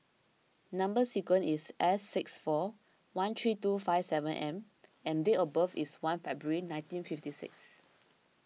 Number Sequence is S six four one three two five seven M and date of birth is one February nineteen fifty six